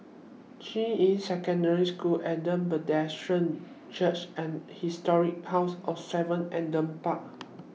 Juying Secondary School Adam Road Presbyterian Church and Historic House of seven Adam Park